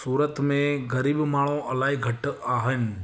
सूरत में ग़रीब माण्हू इलाही घटि आहिनि